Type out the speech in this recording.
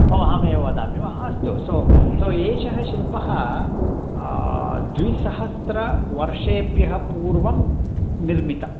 ओ अहमेव वदामि वा अस्तु सो सो एषः शिल्पः द्विसहस्रवर्षेभ्यः पूर्वं निर्मितम्